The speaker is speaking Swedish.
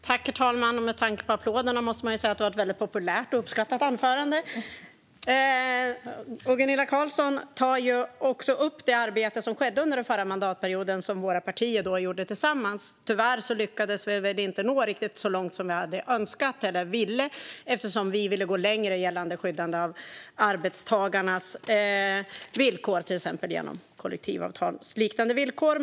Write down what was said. Herr talman! Med tanke på applåderna måste man säga att det var ett väldigt populärt och uppskattat anförande. Gunilla Carlsson tar upp det arbete som skedde under den förra mandatperioden och som våra partier gjorde tillsammans. Tyvärr lyckades vi inte nå riktigt så långt som vi ville. Vi ville gå längre gällande skyddande av arbetstagarnas villkor, till exempel genom kollektivavtalsliknande villkor.